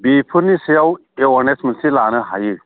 बेफोरनि सायाव एवारनेस मोनसे लानो हायो